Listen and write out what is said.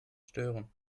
stören